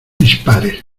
dispares